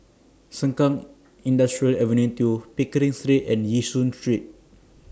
Sengkang Industrial Avenue two Pickering Street and Yishun Street